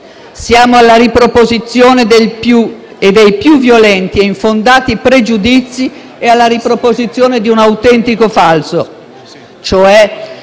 Siamo alla riproposizione dei più violenti e infondati pregiudizi, alla riproposizione di un autentico falso, cioè